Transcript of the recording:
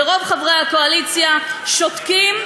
ורוב חברי הקואליציה שותקים,